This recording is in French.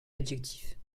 adjectifs